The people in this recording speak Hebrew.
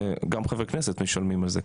גם חברי כנסת משלמים על זה,